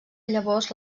llavors